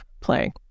playing